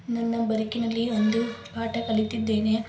ನನ್ನ ಬರ್ಕಿನಲ್ಲಿ ಒಂದು ಪಾಠ ಕಲಿತಿದ್ದೇನೆ